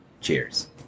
Cheers